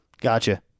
Gotcha